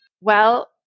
Well-